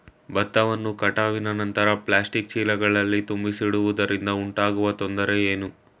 ಭತ್ತವನ್ನು ಕಟಾವಿನ ನಂತರ ಪ್ಲಾಸ್ಟಿಕ್ ಚೀಲಗಳಲ್ಲಿ ತುಂಬಿಸಿಡುವುದರಿಂದ ಉಂಟಾಗುವ ತೊಂದರೆ ಏನು?